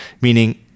meaning